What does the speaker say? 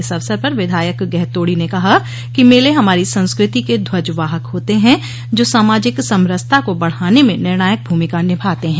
इस अवसर पर विधायक गहतोड़ी ने कहा कि मेले हमारी संस्कृति के ध्वज वाहक होते हैं जो सामाजिक समरसता को बढ़ाने में निर्णायक भूमिका निभाते हैं